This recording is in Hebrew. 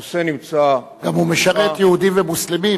הוא משרת יהודים ומוסלמים,